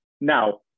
Now